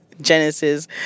Genesis